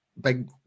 big